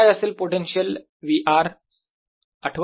काय असेल potential v r